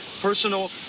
personal